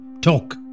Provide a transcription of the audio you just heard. talk